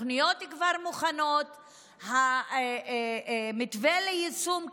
התוכניות כבר מוכנות, המתווה ליישום קיים,